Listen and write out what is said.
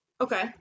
Okay